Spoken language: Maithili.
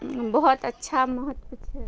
बहुत अच्छा महत्व छै